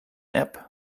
app